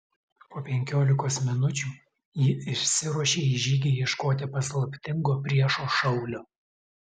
po penkiolikos minučių ji išsiruošė į žygį ieškoti paslaptingo priešo šaulio